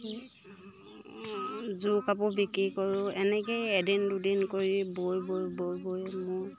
যোৰ কাপোৰ বিক্ৰী কৰোঁ এনেকেই এদিন দুদিন কৰি বৈ বৈ বৈ বৈ মোৰ